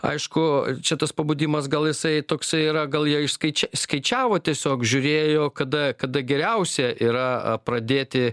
aišku čia tas pabudimas gal jisai toksai yra gal jie iš skaičia skaičiavo tiesiog žiūrėjo kada kada geriausia yra a pradėti